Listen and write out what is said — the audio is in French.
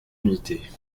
unités